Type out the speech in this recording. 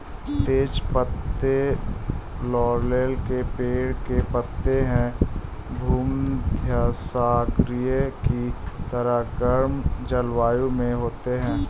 तेज पत्ते लॉरेल के पेड़ के पत्ते हैं भूमध्यसागरीय की तरह गर्म जलवायु में होती है